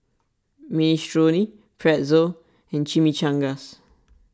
Minestrone Pretzel and Chimichangas